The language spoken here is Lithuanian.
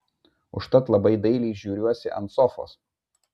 užtat labai dailiai žiūriuosi ant sofos